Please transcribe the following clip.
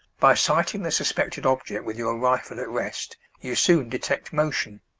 by sighting the suspected object with your rifle at rest, you soon detect motion.